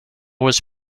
was